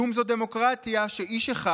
כלום זו דמוקרטיה, שאיש אחד